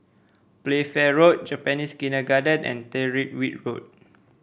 Playfair Road Japanese Kindergarten and Tyrwhitt Road